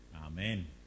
Amen